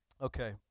Okay